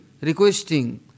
requesting